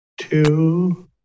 two